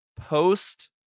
post